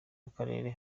w’akarere